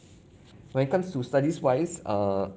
when it comes to studies wise err